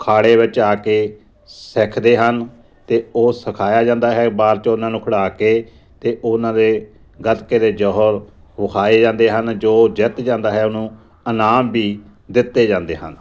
ਅਖਾੜੇ ਵਿੱਚ ਆ ਕੇ ਸਿੱਖਦੇ ਹਨ ਅਤੇ ਉਹ ਸਿਖਾਇਆ ਜਾਂਦਾ ਹੈ ਬਾਅਦ 'ਚ ਉਨ੍ਹਾਂ ਨੂੰ ਖਿਡਾ ਕੇ ਅਤੇ ਉਨ੍ਹਾਂ ਦੇ ਗਤਕੇ ਜੌਹਰ ਵਿਖਾਏ ਜਾਂਦੇ ਹਨ ਜੋ ਜਿੱਤ ਜਾਂਦਾ ਹੈ ਉਹਨੂੰ ਇਨਾਮ ਵੀ ਦਿੱਤੇ ਜਾਂਦੇ ਹਨ